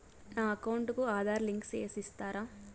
నా అకౌంట్ కు ఆధార్ లింకు సేసి ఇస్తారా?